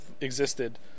existed